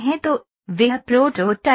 तो वह प्रोटोटाइप है